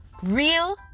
Real